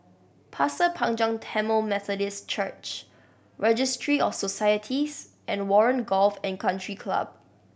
Pasir Panjang Tamil Methodist Church Registry of Societies and Warren Golf and Country Club